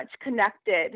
connected